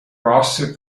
wasser